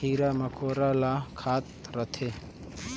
कीरा मकोरा ल खात रहथे